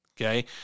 okay